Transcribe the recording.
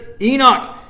Enoch